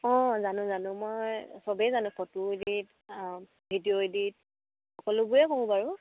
অঁ জানো জানো মই চবেই জানো ফটো এডিট ভিডিঅ' এডিট সকলোবোৰেই কৰোঁ বাৰু